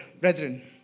brethren